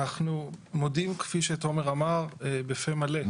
אנחנו מודים, כפי שתומר אמר, בפה מלא.